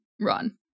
run